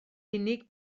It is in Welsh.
unig